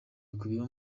ikubiyemo